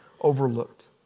overlooked